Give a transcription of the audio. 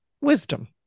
wisdom